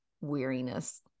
weariness